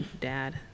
dad